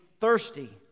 thirsty